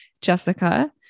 Jessica